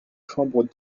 chambre